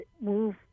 move